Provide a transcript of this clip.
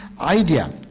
idea